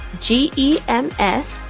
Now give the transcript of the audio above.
G-E-M-S